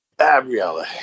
Abriella